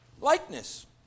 likeness